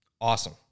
Awesome